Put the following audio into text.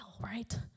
right